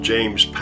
James